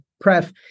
pref